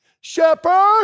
shepherd